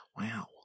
Wow